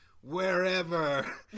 wherever